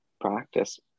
practice